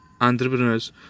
entrepreneurs